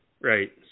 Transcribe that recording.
right